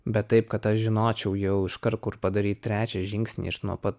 bet taip kad aš žinočiau jau iškart kur padaryt trečią žingsnį iš nuo pat